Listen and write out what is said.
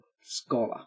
Scholar